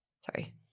sorry